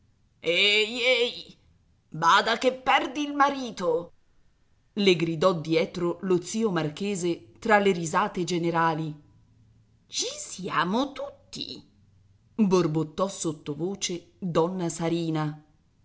bada che perdi il marito le gridò dietro lo zio marchese fra le risate generali ci siamo tutti borbottò sottovoce donna sarina